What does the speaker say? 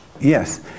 Yes